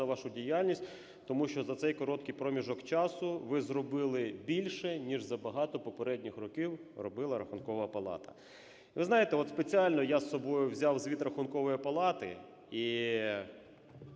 вашу діяльність, тому що за цей короткий проміжок часу ви зробили більше, ніж за багато попередніх років робила Рахункова палата. Ви знаєте, от спеціально я з собою взяв звіт Рахункової палати, і